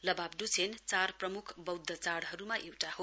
लबाब ड्छेन चार प्रम्ख बौद्ध चाडहरूमा एउटा हो